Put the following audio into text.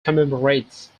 commemorates